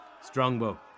Strongbow